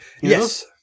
Yes